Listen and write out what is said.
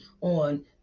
on